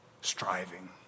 striving